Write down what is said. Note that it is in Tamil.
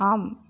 ஆம்